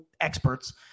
experts